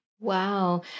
Wow